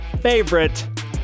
favorite